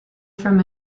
from